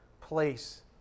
place